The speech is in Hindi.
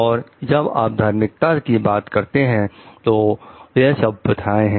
और जब आप धार्मिकता की बात करते हैं तो यह सब प्रथाएं हैं